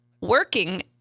working